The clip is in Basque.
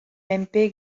menpe